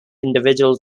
individual